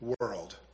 world